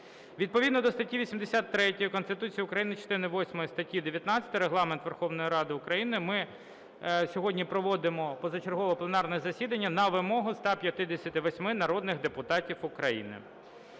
Відповідно до статті 83 Конституції України, частини восьмої статті 19 Регламенту Верховної Ради України ми сьогодні проводимо позачергове пленарне засідання на вимогу 150 народних депутатів України.